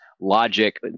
logic